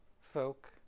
folk